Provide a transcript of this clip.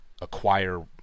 acquire